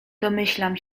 domyślam